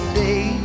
day